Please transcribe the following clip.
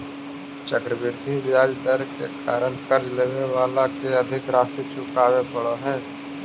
चक्रवृद्धि ब्याज दर के कारण कर्ज लेवे वाला के अधिक राशि चुकावे पड़ऽ हई